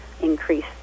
increase